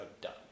done